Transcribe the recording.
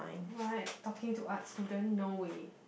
right talking to arts student no way